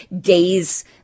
days